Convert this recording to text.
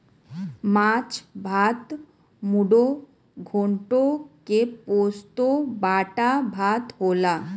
माछ भात मुडो घोन्टो के पोस्तो बाटा भात होला